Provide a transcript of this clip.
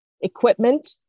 equipment